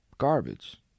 garbage